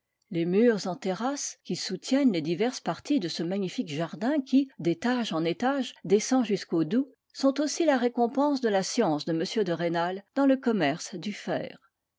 les murs en terrasse qui soutiennent les diverses parties de ce magnifique jardin qui d'étage en étage descend jusqu'au doubs sont aussi la récompense de la science de m de rênal dans le commerce du ter